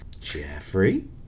Jeffrey